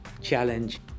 challenge